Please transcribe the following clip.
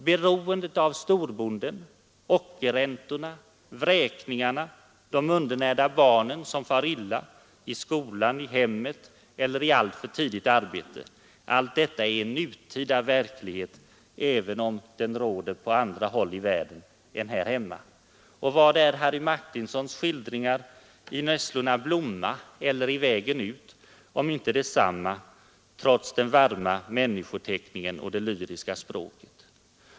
Beroendet av storbonden, ockerräntorna, vräkningarna, de undernärda barnen som far illa i skola, i hem och i alltför tidigt arbete — allt detta är en nutida verklighet även om den råder på andra håll i världen än i Sverige. Vad är Harry Martinsons skildringar i Nässlorna blomma eller Vägen ut om inte detsamma, trots den varma människoteckningen och det lyriska språket?